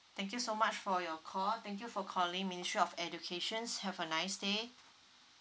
thank you so much for your call thank you for calling ministry of educations have a nice day